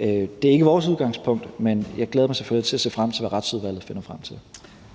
er det ikke vores udgangspunkt, men jeg glæder mig selvfølgelig til at se, hvad Retsudvalget finder frem til.